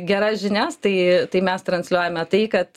geras žinias tai tai mes transliuojame tai kad